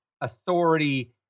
authority